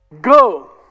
Go